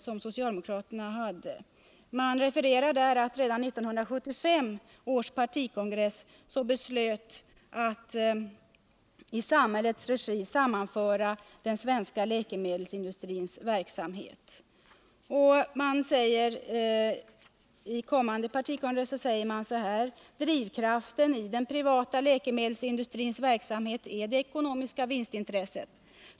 Man hänvisar till att redan 1975 års partikongress beslöt att ”i samhällets regi sammanföra den svenska läkemedelsindustrins verksamhet”. Man säger vidare att ”drivkraften i den privata läkemedelsindustrins verksamhet är det ekonomiska vinstintresset.